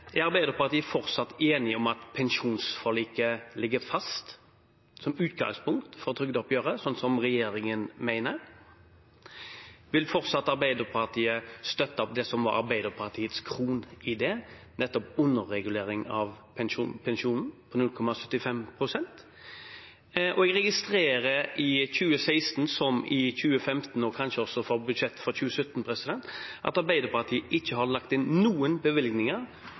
jeg ha noen avklaringer fra Arbeiderpartiet. Er Arbeiderpartiet fortsatt enig i at pensjonsforliket ligger fast som utgangspunkt for trygdeoppgjøret, slik regjeringen mener? Vil Arbeiderpartiet fortsatt støtte det som var deres kronidé, nettopp underregulering av pensjonen på 0,75 pst.? Jeg registrerer i 2016, som i 2015 og kanskje også i budsjettet for 2017, at Arbeiderpartiet ikke har lagt inn noen bevilgninger